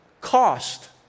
cost